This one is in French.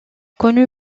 connu